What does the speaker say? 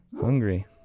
Hungry